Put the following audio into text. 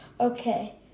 Okay